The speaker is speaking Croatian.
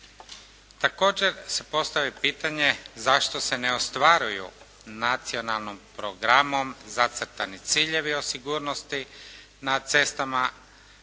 Također se postavlja pitanje zašto se ne ostvaruju nacionalnim programom zacrtani ciljevi o sigurnosti na cestama